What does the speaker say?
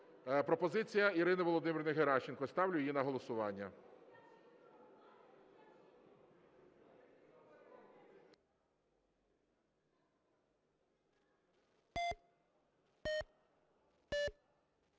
пропозиція Ірини Володимирівни Геращенко, ставлю її на голосування.